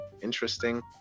interesting